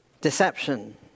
deception